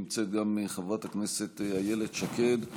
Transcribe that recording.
נמצאת חברת הכנסת איילת שקד,